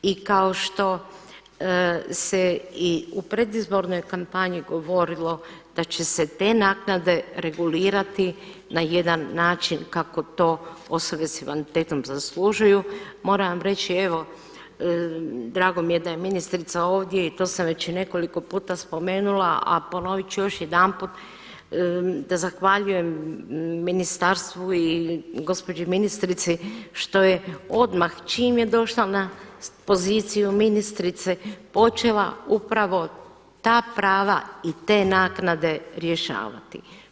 I kao što se i u predizbornoj kampanji govorilo da će se te naknade regulirati na jedan način kako to osobe sa invaliditetom zaslužuju moram vam reći evo, drago mi je da je ministrica ovdje i to sam već nekoliko puta spomenula a ponoviti ću još jedanput da zahvaljujem ministarstvu i gospođi ministrici što je odmah čim je došla na poziciju ministrice počela upravo ta prava i te naknade rješavati.